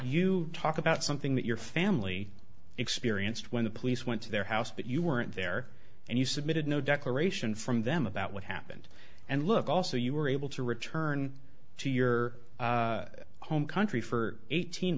you talk about something that your family experienced when the police went to their house but you weren't there and you submitted no declaration from them about what happened and look also you were able to return to your home country for eighteen